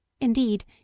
Indeed